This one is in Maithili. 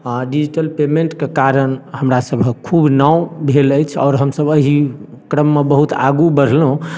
डिजिटल पेमेंट कऽ कारण हमरा सभक खूब नाम भेल अछि आओर हमसब अहि क्रममे बहुत आगू बढ़लहुँ